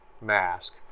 mask